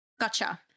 Gotcha